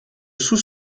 sous